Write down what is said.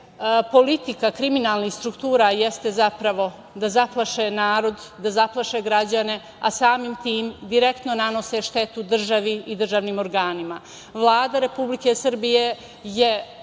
politika kriminalnih struktura jeste zapravo da zaplaše narod, da zaplaše građane, a samim tim direktno nanose štetu državi i državnim organima. Vlada Republike Srbije je